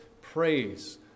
praise